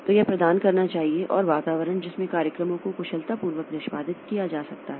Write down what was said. तो यह प्रदान करना चाहिए और वातावरण जिसमें कार्यक्रमों को कुशलतापूर्वक निष्पादित किया जा सकता है